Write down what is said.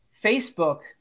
Facebook